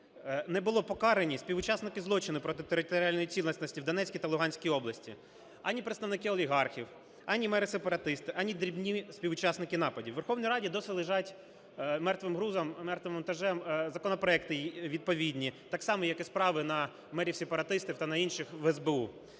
не були покарані співучасники злочину проти територіальної цілісності в Донецькій та Луганській області: ані представники олігархів, ані мери-сепаратисти, ані дрібні співучасники нападів. У Верховній Раді досі лежать мертвим вантажем законопроекти відповідні, так само, як і справи на мерів-сепаратистів та на інших в СБУ.